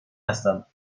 هستم